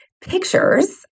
pictures